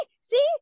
see